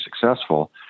successful